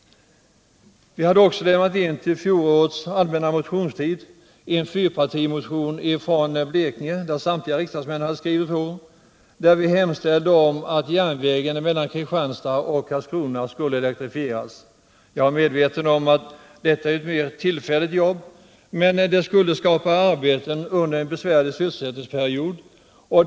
Under fjolårets motionstid väcktes också en fyrpartimotion som samtliga riksdagsmän i länet hade skrivit på. Vi hemställde där att järnvägen mellan Kristianstad och Karlskrona skulle elektrifieras. Jag är medveten om att detta är ett mera tillfälligt projekt, men det skulle skapa arbeten under en besvärlig sysselsättningsperiod.